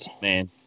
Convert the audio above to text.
man